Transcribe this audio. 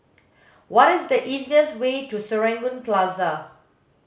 what is the easiest way to Serangoon Plaza